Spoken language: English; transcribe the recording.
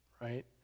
right